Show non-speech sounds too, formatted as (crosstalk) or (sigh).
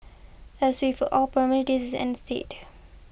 as with all (unintelligible) these is ans date